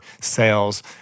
sales